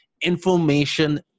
information